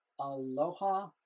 Aloha